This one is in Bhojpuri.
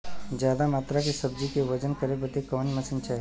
ज्यादा मात्रा के सब्जी के वजन करे बदे कवन मशीन चाही?